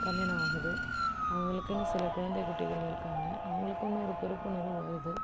கல்யாணம் ஆகுது அவங்களுக்குனு சில குழந்தை குட்டிகள் இருக்காங்க அவங்களுக்குனு ஒரு பொறுப்புணர்வு வருது